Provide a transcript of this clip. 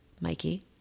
Mikey